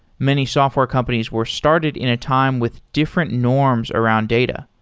many software companies were started in a time with different norms around data.